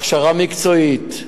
הכשרה מקצועית,